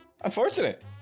Unfortunate